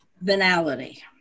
Venality